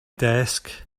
desk